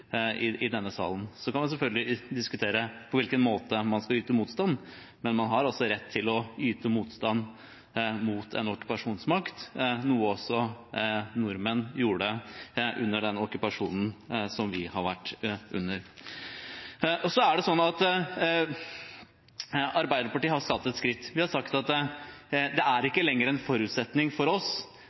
i denne salen. Man kan selvfølgelig diskutere på hvilken måte man skal yte motstand, men man har rett til å yte motstand mot en okkupasjonsmakt – noe som også nordmenn gjorde under okkupasjonen vi var under. Arbeiderpartiet har tatt et skritt. Vi har sagt at det ikke lenger er en forutsetning for oss